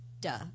Duh